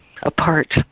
apart